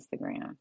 Instagram